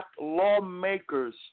lawmakers